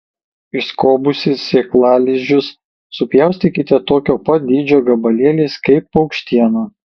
išskobusi sėklalizdžius supjaustykite tokio pat dydžio gabalėliais kaip paukštieną